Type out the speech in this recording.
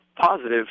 positive